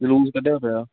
ਜਲੂਸ ਕੱਢਿਆ ਪਿਆ